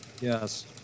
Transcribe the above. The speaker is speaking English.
Yes